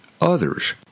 others